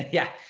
yeah.